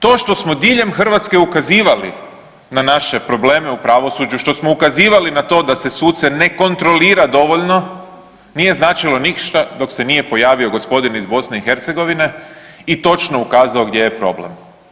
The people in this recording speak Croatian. To što smo diljem Hrvatske ukazivali na naše probleme u Pravosuđu, što smo ukazivali na to da se sudce ne kontrolira dovoljno, nije značilo ništa dok se nije pojavio gospodin iz BIH i točno ukazao gdje je problem.